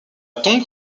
tombe